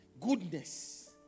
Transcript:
goodness